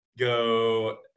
go